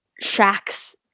shacks